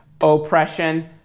oppression